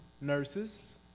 nurses